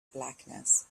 blackness